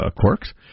quirks